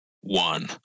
one